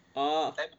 oh